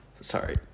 sorry